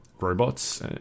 robots